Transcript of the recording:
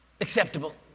Acceptable